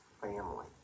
family